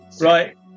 right